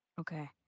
Okay